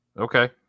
Okay